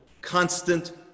constant